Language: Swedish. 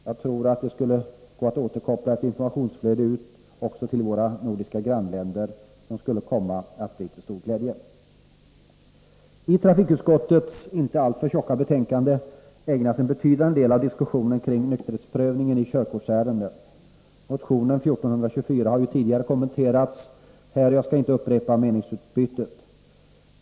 Jag tror att det skulle gå att koppla ett informationsflöde också till våra nordiska grannländer, vilket skulle komma att bli till stor glädje. I trafikutskottets inte alltför tjocka betänkande ägnas en betydande del av diskussionen åt nykterhetsprövningen i körkortsärenden. Motion 1424 har tidigare kommenterats här, och jag skall inte upprepa det meningsutbytet.